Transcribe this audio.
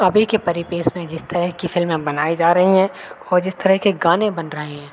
अभी के परिपेक्ष में जिस तरह की फ़िल्में बनाई जा रही हैं और जिस तरह के गाने बन रहे हैं